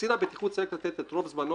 שקצין הבטיחות צריך לתת את רוב זמנו